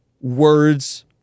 words